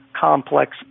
complex